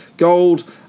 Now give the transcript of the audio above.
gold